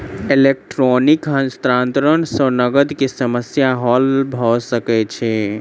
electronic हस्तांतरण सॅ नकद के समस्या हल भ सकै छै